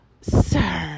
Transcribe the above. sir